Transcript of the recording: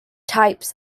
types